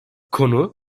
konu